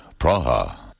Praha